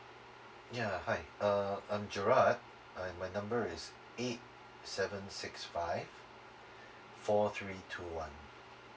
ya hi uh I'm gerald uh my number is eight seven six five four three two one